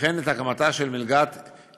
וכן את הקמת מלגת "אירתקא".